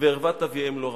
וערות אביהם לא ראו".